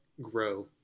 grow